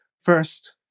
first